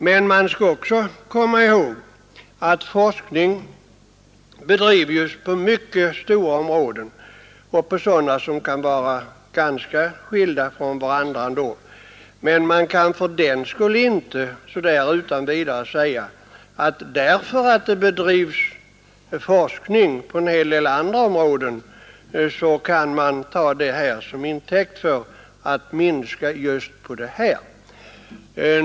Men man skall också komma ihåg att även om forskning bedrivs på mycket stora områden, som kan vara ganska skilda från varandra, kan man inte fördenskull så där utan vidare ta det som intäkt för att minska anslaget just på det här området.